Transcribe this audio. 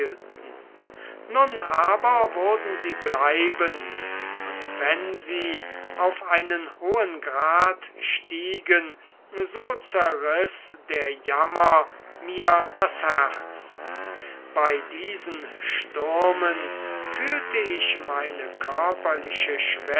nun aber wurden sie bleibend und wenn sie auf einen hohen grad stiegen so zerriß der jammer mir das herz bei diesen stürmen fühlte ich meine körperliche